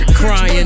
crying